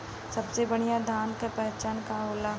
सबसे बढ़ियां धान का पहचान का होला?